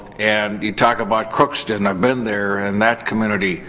and you talk about crookston. i've been there and that community.